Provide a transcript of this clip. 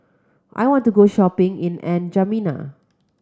I want to go shopping in N'Djamena